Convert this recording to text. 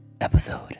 episode